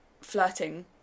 flirting